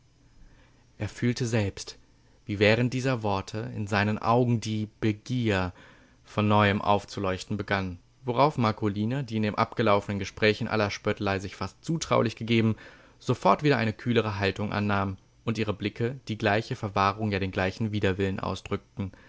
er fühlte selbst wie während dieser worte in seinen augen die begier von neuem aufzuleuchten begann worauf marcolina die in dem abgelaufenen gespräch in aller spöttelei sich fast zutraulich gegeben sofort wieder eine kühlere haltung annahm und ihr blick die gleiche verwahrung ja den gleichen widerwillen ausdrückte